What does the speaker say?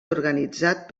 organitzat